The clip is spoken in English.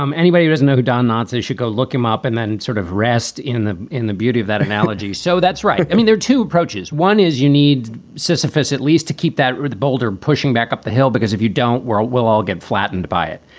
um anybody who doesn't know don knotts, they should go look him up and then sort of rest in the in the beauty of that analogy. so that's right. i mean, there are two approaches. one is you need specificity least to keep that boulder pushing back up the hill, because if you don't where it will all get flattened by it,